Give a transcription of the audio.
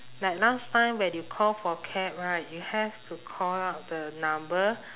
like last time when you call for cab right you have to call up the number